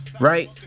right